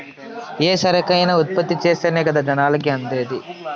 ఏ సరుకైనా ఉత్పత్తి చేస్తేనే కదా జనాలకి అందేది